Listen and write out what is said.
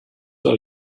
all